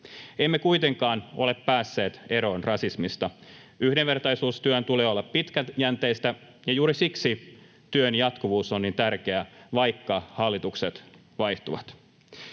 Emme kuitenkaan ole päässeet eroon rasismista. Yhdenvertaisuustyön tulee olla pitkäjänteistä, ja juuri siksi työn jatkuvuus on niin tärkeää, vaikka hallitukset vaihtuvat.